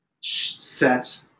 set